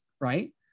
right